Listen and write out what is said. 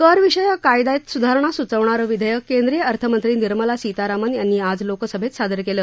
करविषयक कायद्यात सुधारणा सुचवणारं विधेयक केंद्रीय अर्थमंत्री निर्मला सीतारामन यांनी आज लोकसभेत सादर केलं